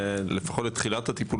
לפחות בתחילת הטיפול,